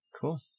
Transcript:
cool